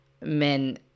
men